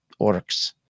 orcs